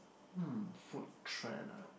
um food trend ah